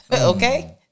Okay